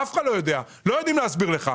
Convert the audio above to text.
אף אחד לא יודע להסביר לך.